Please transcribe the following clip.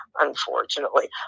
unfortunately